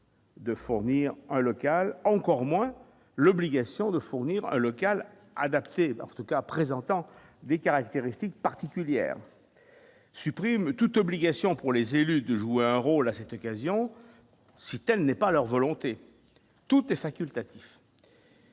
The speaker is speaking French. de fournir un local, encore moins l'obligation de fournir un local adapté par cas présentant des caractéristiques particulières supprime toute obligation pour les élus de jouer un rôle, à cette occasion, si telle n'est pas leur volonté, tout est facultatif.